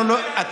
שר האוצר,